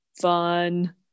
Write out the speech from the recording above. fun